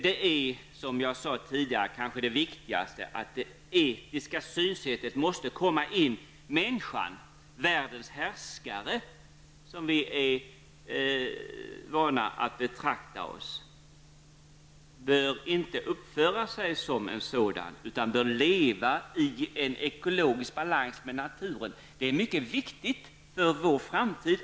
Det viktigaste är att det etiska synsättet kommer in. Människan -- världens härskare som hon är van att betrakta sig som -- bör inte uppföra sig som en sådan, utan hon bör leva i en ekologisk balans med naturen och det är mycket viktigt för vår framtid.